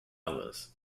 others